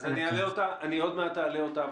אז אני עוד מעט אעלה אותה.